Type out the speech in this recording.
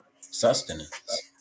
sustenance